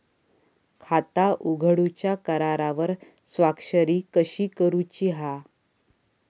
खाता उघडूच्या करारावर स्वाक्षरी कशी करूची हा?